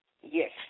Yes